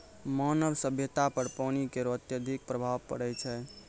मानव सभ्यता पर पानी केरो अत्यधिक प्रभाव पड़ै छै